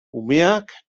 umeak